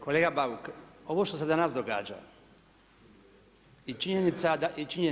Kolega Bauk, ovo što se danas događa i činjenica.